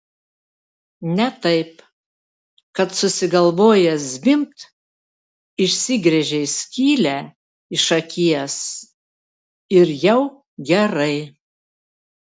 ne taip kad susigalvojęs zvimbt išsigręžei skylę iš akies ir jau gerai